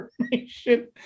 information